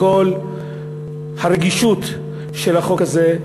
עם כל הרגישות של החוק הזה,